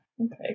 Okay